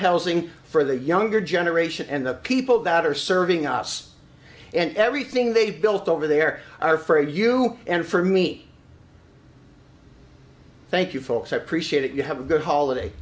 housing for the younger generation and the people that are serving us and everything they've built over there are for a you and for me thank you folks i appreciate it you have a good holiday